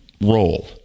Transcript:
role